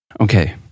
Okay